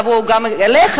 יבואו גם אליך,